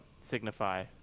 signify